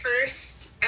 first